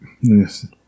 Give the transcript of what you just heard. Yes